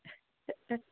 हेतै